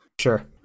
Sure